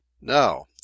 Now